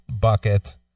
Bucket